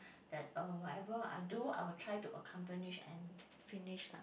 that uh whatever I do I would try to accomplish and finish lah